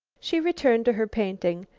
she returned to her painting.